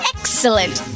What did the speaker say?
Excellent